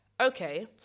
okay